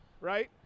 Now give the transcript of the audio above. right